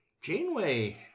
Janeway